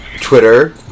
Twitter